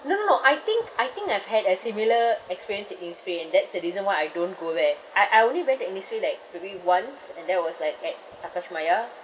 no no no I think I think I've had a similar experience with innisfree and that's the reason why I don't go there I I only went to Innisfree like maybe once and that was like at Takashimaya